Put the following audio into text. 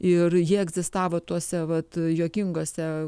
ir ji egzistavo tose vat juokingose